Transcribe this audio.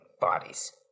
bodies